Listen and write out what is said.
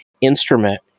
instrument